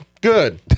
Good